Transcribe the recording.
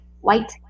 white